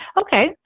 Okay